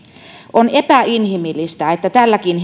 on epäinhimillistä että tälläkin